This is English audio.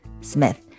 Smith